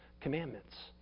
commandments